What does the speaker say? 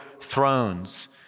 thrones